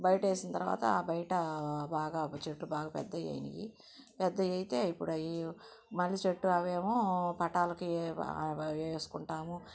బయట వేసిన తర్వాత బయట బాగా చెట్లు బాగా పెద్దవి అయినాయి పెద్దవి అయితే ఇప్పుడు అవి మల్లెచెట్టు అవి ఏమో పట్టాలకి అవ వేసుకుంటాము